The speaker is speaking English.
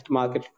market